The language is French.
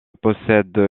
possède